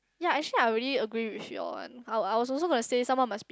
ya actually I already agree with you all one I was I was also gonna say someone must be